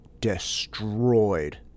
destroyed